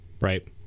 right